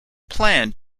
planned